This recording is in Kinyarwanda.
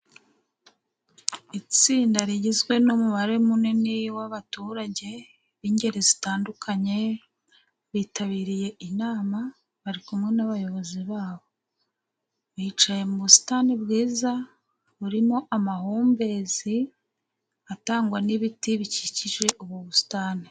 Itsinda rigizwe n'umubare munini w'abaturage, b'ingeri zitandukanye, bitabiriye inama bari kumwe n'abayobozi babo, bicaye mu busitani bwiza, burimo amahumbezi atangwa n'ibiti bikikije ubu busitani.